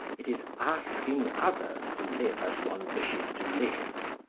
it is asking others to live as one wishes to live.